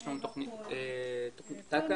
יש לנו תוכנית תק"א,